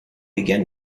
begin